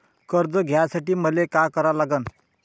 कर्ज घ्यासाठी मले का करा लागन?